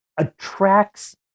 attracts